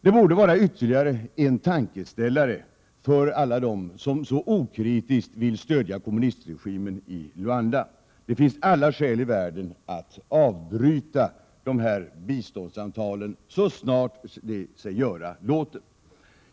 Det borde vara ytterligare en tankeställare för alla dem som så okritiskt vill stödja kommunistregimen i Luanda. Det finns alla skäl i världen att avbryta biståndsavtalen så snart det sig göra låter.